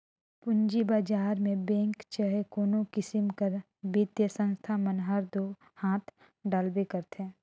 पूंजी बजार में बेंक चहे कोनो किसिम कर बित्तीय संस्था मन हर दो हांथ डालबे करथे